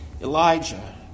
Elijah